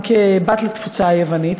גם כבת לתפוצה היוונית,